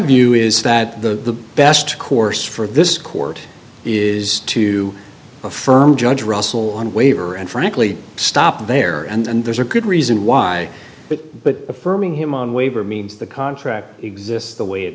view is that the best course for this court is to affirm judge russell on waiver and frankly stop there and there's a good reason why but but affirming him on waiver means the contract exists the way